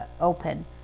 open